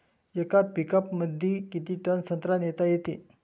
येका पिकअपमंदी किती टन संत्रा नेता येते?